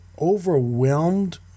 overwhelmed